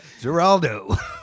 Geraldo